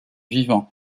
vivant